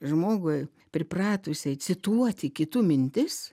žmogui pripratusiai cituoti kitų mintis